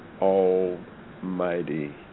almighty